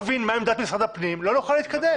אם לא נבין מה עמדת משרד הפנים, לא נוכל להתקדם.